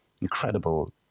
incredible